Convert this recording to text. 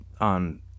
on